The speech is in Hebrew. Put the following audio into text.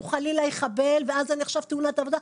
הוא חלילה יחבל ואז זה נחשב תאונת עבודה,